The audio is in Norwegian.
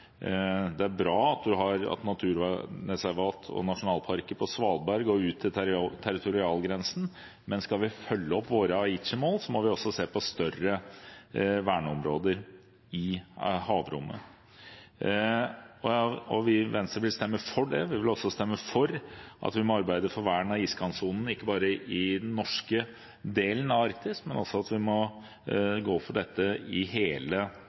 Det er bra at man har naturreservat og nasjonalparker på Svalbard og ut til territorialgrensen, men skal vi følge opp våre Aichi-mål, må vi se på større verneområder i havrommet. Venstre vil stemme for det. Vi vil også stemme for at vi må arbeide for vern av iskantsonen, og ikke bare i den norske delen av Arktis. Vi må gå for dette i hele